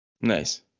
Nice